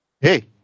Hey